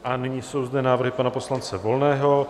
A nyní jsou zde návrhy pana poslance Volného.